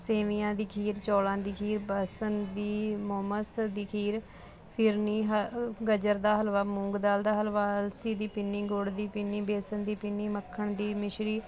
ਸੇਵੀਆਂ ਦੀ ਖੀਰ ਚੌਲਾਂ ਦੀ ਖੀਰ ਬਰਸਨਵੀ ਮੋਮਸ ਦੀ ਖੀਰ ਫਿਰਨੀ ਗਜਰ ਦਾ ਹਲਵਾ ਮੂੰਗ ਦਲ ਦਾ ਹਲਵਾ ਅਲਸੀ ਦੀ ਪਿੰਨੀ ਗੁੜ ਦੀ ਪਿੰਨੀ ਬੇਸਣ ਦੀ ਪਿੰਨੀ ਮੱਖਣ ਦੀ ਮਿਸ਼ਰੀ